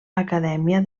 acadèmia